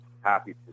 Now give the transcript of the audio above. happy